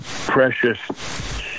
precious